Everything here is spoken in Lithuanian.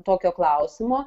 tokio klausimo